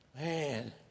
Man